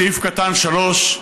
בסעיף קטן (3),